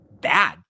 bad